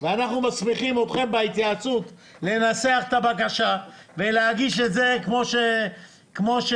ואנחנו מסמיכים אתכם בהתייעצות לנסח את הבקשה ולהגיש את זה כמו שצריך.